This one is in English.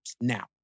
Now